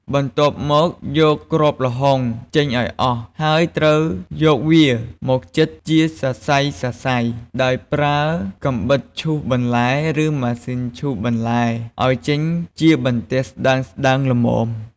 បន្ទាប់មក យកគ្រាប់ល្ហុងចេញឱ្យអស់ ហើយត្រូវយកវាមកចិតជាសរសៃៗ ដោយប្រើកាំបិតឈូសបន្លែ ឬម៉ាស៊ីនឈូសបន្លែ ឱ្យចេញជាបន្ទះស្ដើងៗល្មម។